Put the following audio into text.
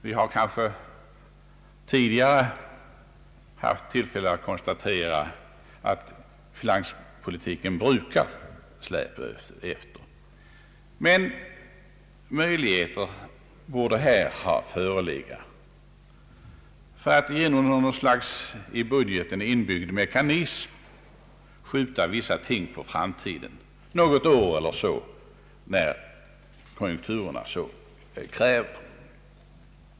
Vi har kanske tidigare haft tillfälle att konstatera att finanspolitiken brukar släpa efter, men möjlighe ter borde här ha förelegat att genom något slags i budgeten inbyggd mekanism skjuta vissa ting på framtiden, något år eller så, när konjunkturerna kräver detta.